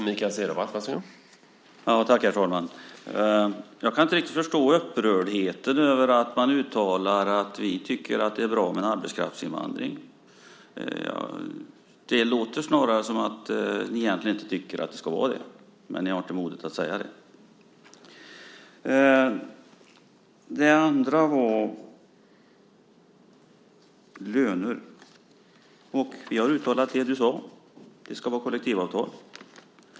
Herr talman! Jag kan inte riktigt förstå upprördheten över att man uttalar att vi tycker att det är bra med en arbetskraftsinvandring. Det låter snarare som om ni egentligen inte tycker att det ska vara det men att ni inte har modet att säga det. Det andra handlade om löner. Vi har uttalat det som du sade, nämligen att det ska vara kollektivavtal.